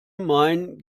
mein